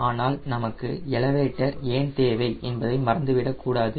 ஆனால் நமக்கு எலவேட்டர் ஏன் தேவை என்பதை மறந்து விடக்கூடாது